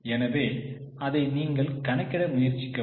எனவே அதை நீங்கள் கணக்கிட முயற்சிக்கவும்